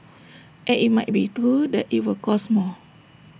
and IT might be true that IT will cost more